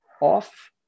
off